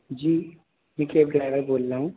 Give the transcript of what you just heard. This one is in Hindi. जी मैं केब ड्राइवर बोल रहा हूँ